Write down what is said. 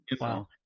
Wow